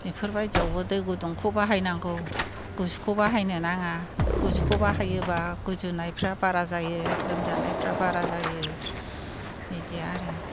बेफोरबायदियावबो दै गुदुंखौ बाहायनांगौ गुसुखौ बाहायनो नाङा गुसुखौ बाहायोब्ला गुजुनायफ्रा बारा जायो लोमजानायफ्रा बारा जायो बिदि आरो